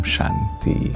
Shanti